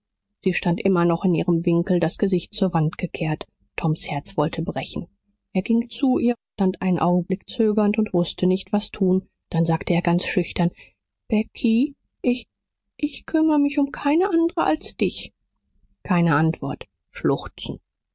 sie stand immer noch in ihrem winkel das gesicht zur wand gekehrt toms herz wollte brechen er ging zu ihr stand einen augenblick zögernd und wußte nicht was tun dann sagte er ganz schüchtern becky ich ich kümmere mich um keine andere als dich keine antwort schluchzen